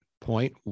point